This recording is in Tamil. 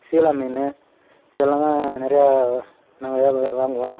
சீலா மீன் இதெல்லாம்தான் நிறையா நாங்கள் வா வாங்குவோம்